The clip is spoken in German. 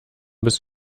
bis